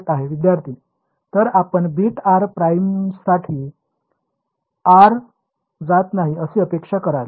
विद्यार्थी तर आपण बिट r प्राइमसाठी r जात नाही अशी अपेक्षा कराल